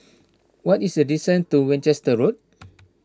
what is the distance to Winchester Road